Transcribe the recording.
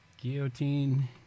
Guillotine